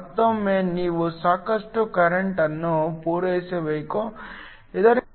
ಮತ್ತೊಮ್ಮೆ ನೀವು ಸಾಕಷ್ಟು ಕರೆಂಟ್ ಅನ್ನು ಪೂರೈಸಬೇಕು ಇದರಿಂದ ಹೊರಸೂಸುವಿಕೆ